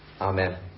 Amen